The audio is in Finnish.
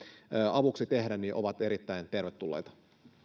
avuksi tehdä ovat erittäin tervetulleita arvoisa